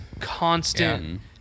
constant